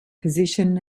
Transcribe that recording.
position